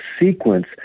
sequence